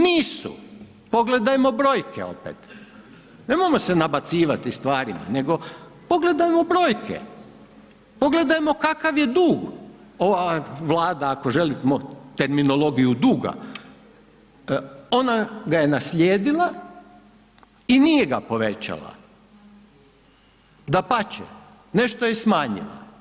Nisu, pogledajmo brojke opet, nemojmo se nabacivati starima, nego pogledajmo brojke, pogledajmo kakav je dug, Vlada ako želimo terminologiju duga, ona ga je naslijedila i nije ga povećala, dapače nešto je i smanjila.